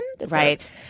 right